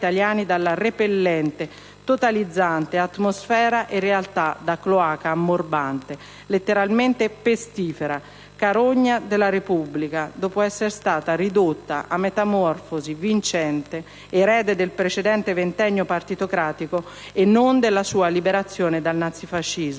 sua liberazione dal nazifascismo